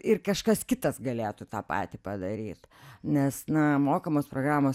ir kažkas kitas galėtų tą patį padaryt nes na mokamos programos